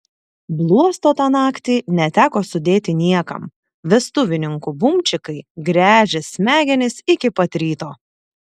bluosto tą naktį neteko sudėti niekam vestuvininkų bumčikai gręžė smegenis iki pat ryto